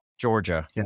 Georgia